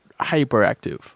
hyperactive